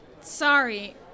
sorry